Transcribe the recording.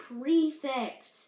prefect